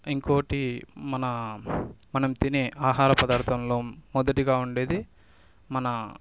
ఇంకొకటి మన మనం తినే ఆహార పదార్ధంలో మొదటిగా ఉండేది మన